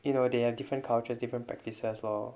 you know they have different cultures different practices lor